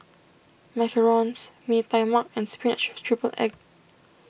Macarons Mee Tai Mak and Spinach with Triple Egg